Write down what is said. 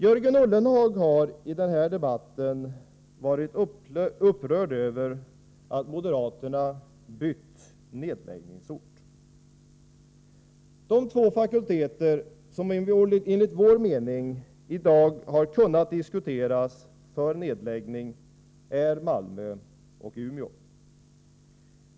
Jörgen Ullenhag har i denna debatt varit upprörd över att moderaterna bytt nedläggningsort. De två fakulteter som enligt vår mening i dag har kunnat diskuteras för nedläggning är Malmö och Umeå.